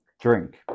Drink